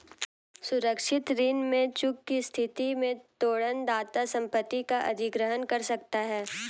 सुरक्षित ऋण में चूक की स्थिति में तोरण दाता संपत्ति का अधिग्रहण कर सकता है